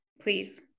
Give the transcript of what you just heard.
please